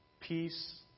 peace